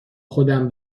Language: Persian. خودم